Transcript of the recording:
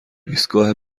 ایستگاه